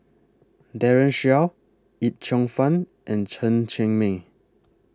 Daren Shiau Yip Cheong Fun and Chen Cheng Mei